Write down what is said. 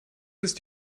ist